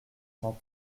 cent